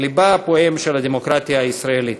לבה הפועם של הדמוקרטיה הישראלית.